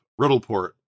riddleport